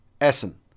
Essen